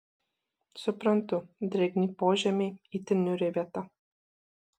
suprantu drėgni požemiai itin niūri vieta